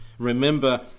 Remember